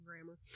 grammar